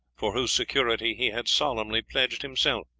for whose security he had solemnly pledged himself.